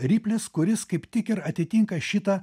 riplis kuris kaip tik ir atitinka šitą